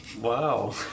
Wow